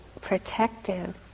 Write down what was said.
protective